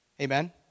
Amen